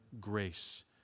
grace